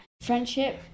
Friendship